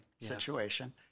situation